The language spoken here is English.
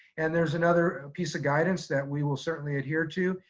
and there's another piece of guidance that we will certainly adhere to,